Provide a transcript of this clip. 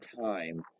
time